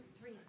three